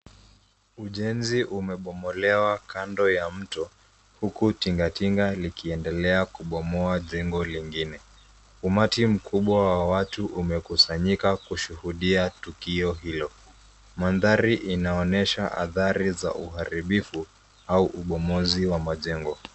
Ujenzi umebomolewa kando ya mto huku tinga tinga likiendelea kubomoa jengo lingine. Umati mkubwa wa watu umekusanyika kushuhudia tukio hilo. Mandhari inaonyesha adhari ya uharibifu au ubomozi wa majengo